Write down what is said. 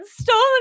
stolen